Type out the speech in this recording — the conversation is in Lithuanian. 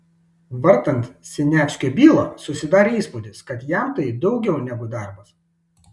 vartant siniavskio bylą susidarė įspūdis kad jam tai daugiau negu darbas